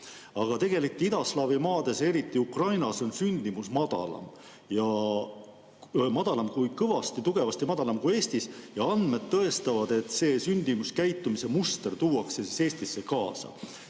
Aga tegelikult idaslaavi maades, eriti Ukrainas on sündimus madalam, kõvasti madalam kui Eestis ja andmed tõestavad, et sündimuskäitumise muster tuuakse Eestisse kaasa.